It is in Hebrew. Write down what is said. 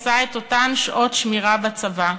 עשה את אותן שעות שמירה בצבא,